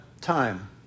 time